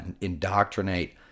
indoctrinate